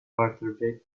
quarterback